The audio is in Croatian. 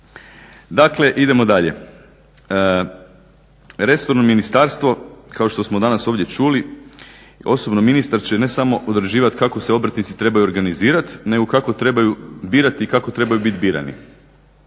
Dakle, idemo dalje. Resorno ministarstvo kao što smo danas ovdje čuli, osobno ministar će ne samo određivati kako se obrtnici trebaju organizirati, nego kako trebaju birati i kako trebaju biti birani.